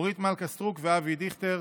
אורית מלכה סטרוק ואבי דיכטר.